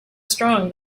strong